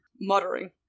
Muttering